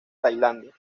tailandia